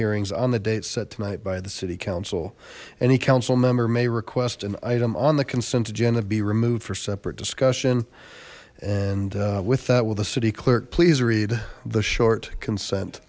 hearings on the date set tonight by the city council any council member may request an item on the consent agenda be removed for separate discussion and with that will the city clerk please read the short consent